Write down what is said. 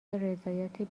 رضایت